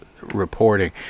reporting